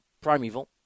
primeval